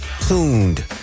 tuned